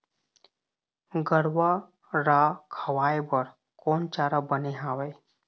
गरवा रा खवाए बर कोन चारा बने हावे?